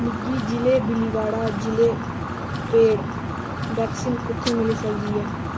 मिगी जि'ले बीलवाड़ा जि'ले पेड वैक्सीन कु'त्थें मिली सकदी ऐ